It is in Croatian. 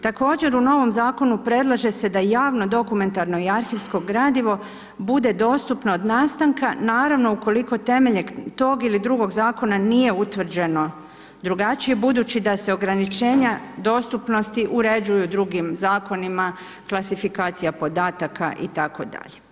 Također u novom zakonu predlaže se da javno dokumentarno i arhivsko gradivo bude dostupno od nastanka, naravno ukoliko temeljem tog ili drugog zakona nije utvrđeno drugačije budući da se ograničenja dostupnosti uređuju drugim zakonima, klasifikacija podataka itd.